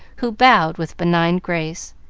who bowed with benign grace.